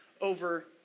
over